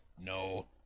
No